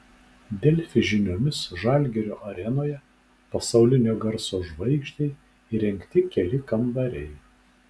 delfi žiniomis žalgirio arenoje pasaulinio garso žvaigždei įrengti keli kambariai